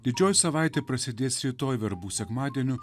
didžioji savaitė prasidės rytoj verbų sekmadieniu